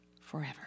forever